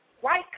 white